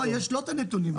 יש לו את הנתונים.